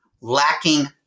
Lacking